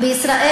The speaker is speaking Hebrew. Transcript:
בישראל